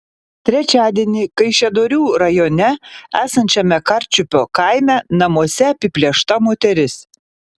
trečiadienį kaišiadorių rajone esančiame karčiupio kaime namuose apiplėšta moteris